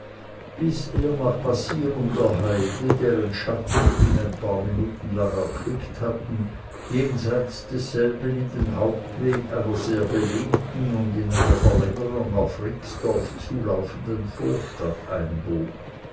bis er nach passierung der heide deren schatten ihn ein paar minuten lang erquickt hatte jenseits derselben in den hauptweg einer sehr belebten und in ihrer verlängerung auf rixdorf zulaufenden vorstadt einbog